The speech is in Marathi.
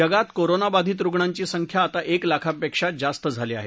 जगात कोरोना बाधित रुग्णांची संख्या आता एक लाखापेक्षा जास्त झाली आहे